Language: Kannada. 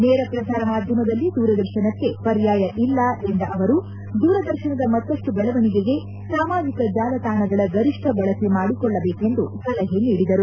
ನೇರ ಪ್ರಸಾರ ಮಾಧ್ಯಮದಲ್ಲಿ ದೂರದರ್ಶನಕ್ಕೆ ಪರ್ಯಾಯ ಇಲ್ಲ ಎಂದ ಅವರು ದೂರದರ್ಶನದ ಮತ್ತಷ್ಟು ಬೆಳವಣಿಗೆಗೆ ಸಾಮಾಜಕ ಜಾಲತಾಣಗಳ ಗರಿಷ್ಠ ಬಳಕೆ ಮಾಡಿಕೊಳ್ಳಬೇಕೆಂದು ಸಲಹೆ ನೀಡಿದರು